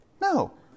No